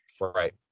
right